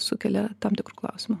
sukelia tam tikrų klausimų